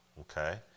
Okay